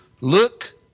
look